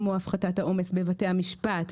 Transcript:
כמו הפחתת העומס בבתי המשפט,